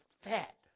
fat